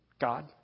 God